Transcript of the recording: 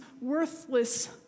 worthless